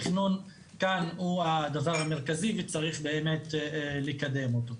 התכנון כאן הוא הדבר המרכזי וצריך באמת לקדם אותו.